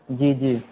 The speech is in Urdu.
جی جی